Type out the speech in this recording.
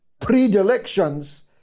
predilections